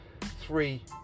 three